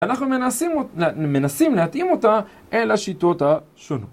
אנחנו מנסים להתאים אותה אל השיטות השונות.